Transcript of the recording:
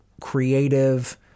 creative